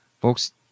folks